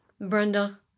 Brenda